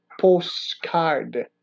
postcard